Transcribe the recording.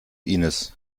inis